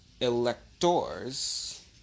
electors